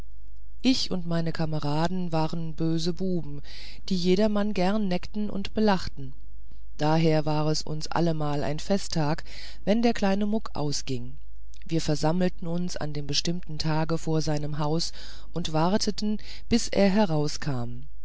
ich und meine kameraden waren böse buben die jedermann gerne neckten und belachten daher war es uns allemal ein festtag wenn der kleine muck ausging wir versammelten uns an dem bestimmten tage vor seinem haus und warteten bis er herauskam